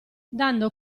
dando